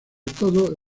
todo